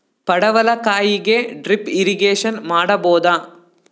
ಪಡವಲಕಾಯಿಗೆ drip irrigation ಮಾಡಬೋದ?